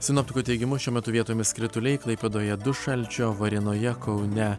sinoptikų teigimu šiuo metu vietomis krituliai klaipėdoje du šalčio varėnoje kaune